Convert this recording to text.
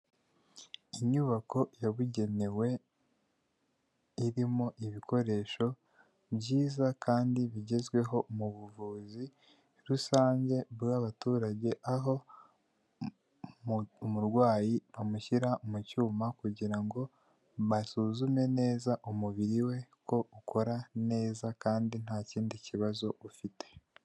Inyubako yabugenewe irimo ibikoresho byiza kandi bigezweho mu buvuzi rusange bw'abaturage, aho umurwayi amushyira mu cyuma kugirango basuzume neza umubiri we ko ukora neza kandi ntakindi kibazo ufite.